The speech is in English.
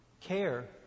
care